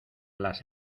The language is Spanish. las